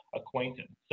acquaintance